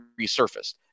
resurfaced